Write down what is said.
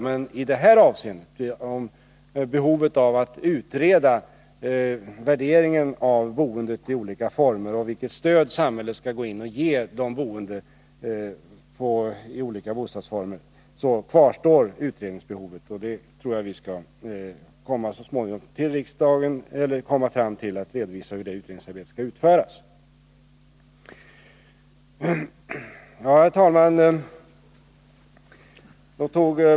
Meni det här avseendet — när det gäller behovet av att utreda värderingen av boendet i olika former och vilket stöd samhället skall ge de boende i olika bostadsformer — kvarstår utredningsbehovet. Jag tror dock att vi så småningom skall komma fram till hur det utredningsarbetet skall utföras och redovisa det. Herr talman!